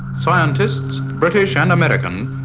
scientists, british and american,